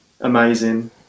amazing